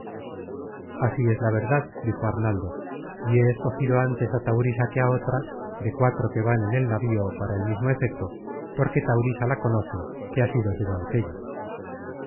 así es la verdad dijo arnaldo y he escogido ántes á content from google book search generated at taurisa que á otra de cuatro que van en el navío para el mismo efeto porque taurisa la conoce que ha sido su